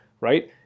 right